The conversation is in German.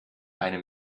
eine